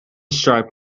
stripe